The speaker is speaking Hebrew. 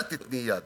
אל תיתני לו יד.